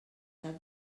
cap